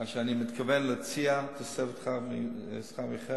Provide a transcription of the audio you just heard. כאשר אני מתכוון להציע תוספת שכר מיוחדת,